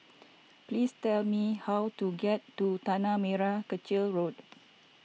please tell me how to get to Tanah Merah Kechil Road